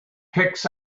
picks